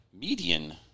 median